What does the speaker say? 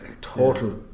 total